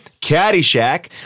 Caddyshack